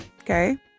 okay